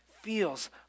feels